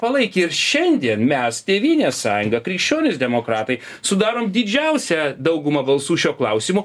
palaikė ir šiandien mes tėvynės sąjunga krikščionys demokratai sudarom didžiausią daugumą balsų šiuo klausimu